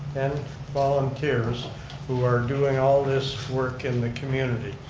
and volunteers who are doing all this work in the community.